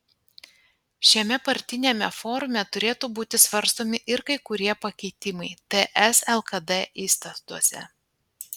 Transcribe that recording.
šiame partiniame forume turėtų būti svarstomi ir kai kurie pakeitimai ts lkd įstatuose